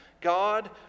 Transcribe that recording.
God